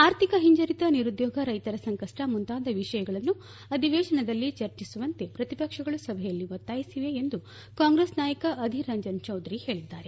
ಆರ್ಥಿಕ ಹಿಂಜರಿತ ನಿರುದ್ನೋಗ ರೈತರ ಸಂಕಷ್ಟ ಮುಂತಾದ ವಿಷಯಗಳನ್ನು ಅಧಿವೇಶನದಲ್ಲಿ ಚರ್ಚಿಸುವಂತೆ ಪ್ರತಿಪಕ್ಷಗಳು ಸಭೆಯಲ್ಲಿ ಒತ್ತಾಯಿಸಿವೆ ಎಂದು ಕಾಂಗ್ರೆಸ್ ನಾಯಕ ಅಧಿರ್ ರಂಜನ್ ಚೌಧರಿ ಹೇಳಿದ್ದಾರೆ